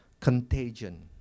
contagion